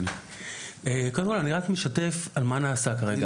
אני קודם כל רק משתף על מה שנעשה כרגע.